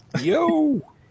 Yo